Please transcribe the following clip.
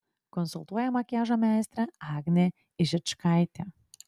konsultuoja makiažo meistrė agnė ižičkaitė